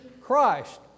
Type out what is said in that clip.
Christ